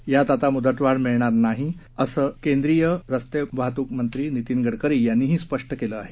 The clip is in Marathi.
यात आता मुदतवाढ मिळणार नाही असं केंद्रीय रस्ते वाहतूकमंत्री नितीन गडकरी यांनीही स्पष्टं केलं आहे